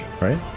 right